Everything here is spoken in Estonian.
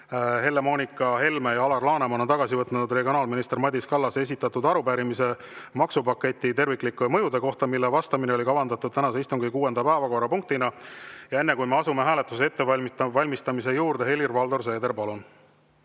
Helle-Moonika Helme ja Alar Laneman on tagasi võtnud regionaalminister Madis Kallasele esitatud arupärimise maksupaketi terviklike mõjude kohta, millele vastamine oli kavandatud tänase istungi kuuendaks päevakorrapunktiks. Enne, kui me asume hääletuse ettevalmistamise juurde, Helir-Valdor Seeder, palun!